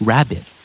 Rabbit